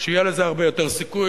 שיהיה לזה הרבה יותר סיכוי,